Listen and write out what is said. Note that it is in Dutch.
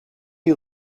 uur